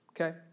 Okay